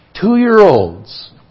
Two-year-olds